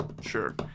Sure